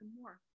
more